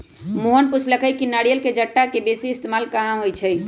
मोहन पुछलई कि नारियल के जट्टा के बेसी इस्तेमाल कहा होई छई